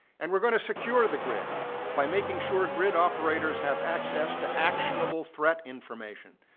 and we're going to secure the grid by making sure grid operators have access to actionable threat information.